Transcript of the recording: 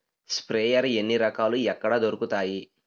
Sprayer ఎన్ని రకాలు? ఎక్కడ దొరుకుతాయి?